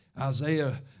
Isaiah